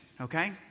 okay